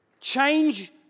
Change